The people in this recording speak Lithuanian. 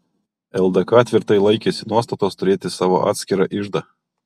ldk tvirtai laikėsi nuostatos turėti savo atskirą iždą